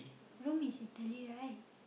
Rome is Italy right